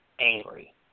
angry